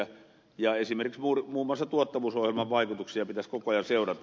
esimerkiksi muun muassa tuottavuusohjelman vaikutuksia pitäisi koko ajan seurata